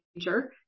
future